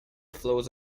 flows